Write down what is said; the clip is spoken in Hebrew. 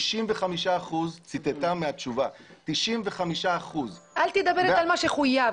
95% -- אל תדבר על מה שחויב,